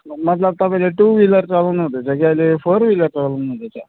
मतलब तपाईँले two wheeler चलाउनु हुँदैछ अहिले कि फोर ह्विलर चलाउनुहुँदै छ